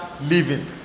living